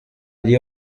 gli